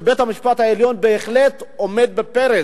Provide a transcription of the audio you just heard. ובית-המשפט העליון בהחלט עומד בפרץ,